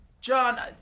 John